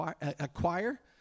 acquire